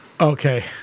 Okay